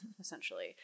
essentially